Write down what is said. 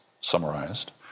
summarized